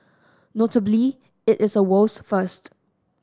notably it is a world's first